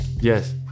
Yes